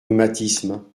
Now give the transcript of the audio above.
rhumatismes